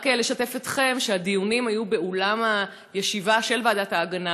רק לשתף אתכם שהדיונים היו באולם הישיבה של ועדת ההגנה,